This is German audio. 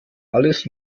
alles